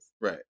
Right